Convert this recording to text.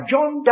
John